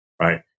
right